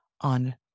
on